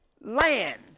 land